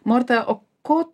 morta o ko